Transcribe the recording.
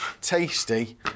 tasty